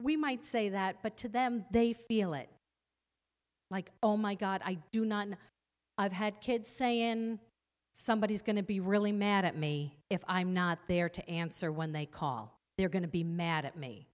we might say that but to them they feel it like oh my god i do not and i've had kids saying somebody is going to be really mad at me if i'm not there to answer when they call they're going to be mad at me